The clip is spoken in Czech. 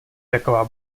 taková